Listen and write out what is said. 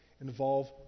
involve